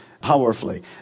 powerfully